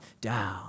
down